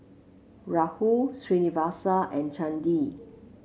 Rahul Srinivasa and Chandi